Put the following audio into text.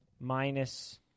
minus